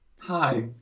hi